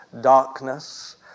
darkness